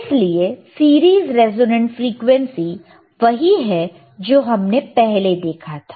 इसलिए series resonant frequency वही है जो हमने पहले देखा था